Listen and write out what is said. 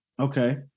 Okay